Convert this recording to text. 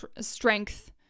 strength